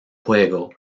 juego